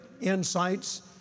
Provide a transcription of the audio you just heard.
insights